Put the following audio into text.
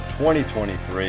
2023